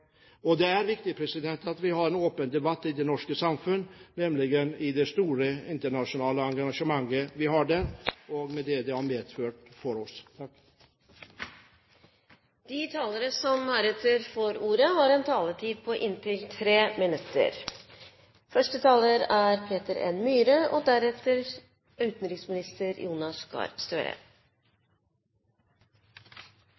Det er viktig at vi har en åpen debatt i det norske samfunn om det store internasjonale engasjementet vi har der og det det har medført for oss. De talere som heretter får ordet, har en taletid på inntil 3 minutter. Jeg vil også takke utenriksministeren. Det er